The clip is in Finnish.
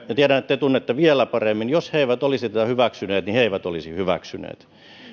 ja tiedän että te tunnette vielä paremmin jos he eivät olisi tätä hyväksyneet niin he eivät olisi hyväksyneet